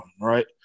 Right